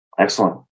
Excellent